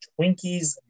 Twinkies